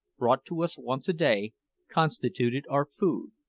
brought to us once a day constituted our food.